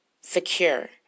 secure